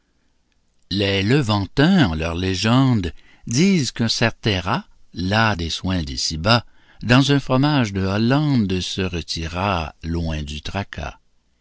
les levantins en leur légende disent qu'un certain rat las des soins d'ici-bas dans un fromage de hollande se retira loin du tracas